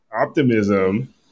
optimism